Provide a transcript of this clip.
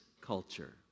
culture